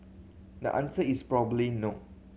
the answer is probably no